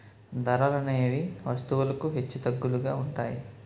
ధరలనేవి వస్తువులకు హెచ్చుతగ్గులుగా ఉంటాయి